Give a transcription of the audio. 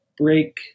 break